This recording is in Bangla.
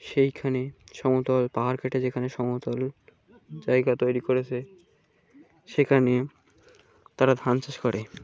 সেইখানে সমতল পাহাড় কেটে যেখানে সমতল জায়গা তৈরি করেছে সেখানে তারা ধান চাষ করে